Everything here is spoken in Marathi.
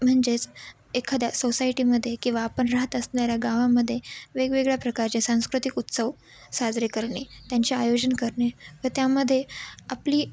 म्हणजेच एखाद्या सोसायटीमध्ये किंवा आपण राहत असणाऱ्या गावामध्ये वेगवेगळ्या प्रकारचे सांस्कृतिक उत्सव साजरे करणे त्यांचे आयोजन करणे व त्यामध्ये आपली